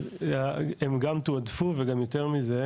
אז הם גם תועדפו וגם יותר מזה,